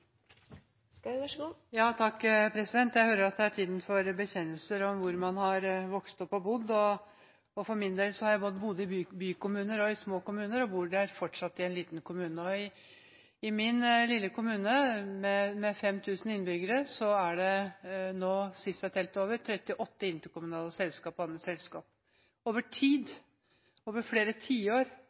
tiden for bekjennelser om hvor man har vokst opp og bodd. For min del har jeg bodd både i bykommuner og i små kommuner, og bor fortsatt i en liten kommune. I min lille kommune, med 5 000 innbyggere, er det nå – sist jeg telte over – 38 interkommunale selskap og andre selskap. Over tid – over flere tiår